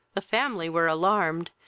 the family were alarmed,